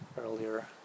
earlier